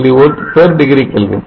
120 milli volt degree Kelvin